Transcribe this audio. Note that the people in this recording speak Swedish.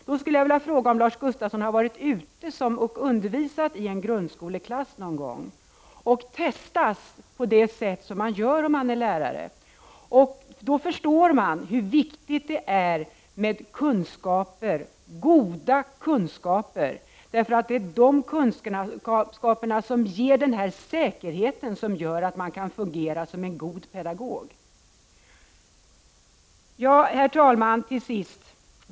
Då skulle jag vilja fråga om Lars Gustafsson har varit ute och undervisat i en grundskoleklass någon gång och blivit testad på det sätt som man blir som lärare. Då förstår man nämligen hur viktigt det är med goda kunskaper, därför att det är de kunskaperna som ger den säkerhet som gör att man kan fungera som en god pedagog. Till sist, fru talman!